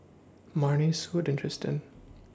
Marnie Sudie and Tristan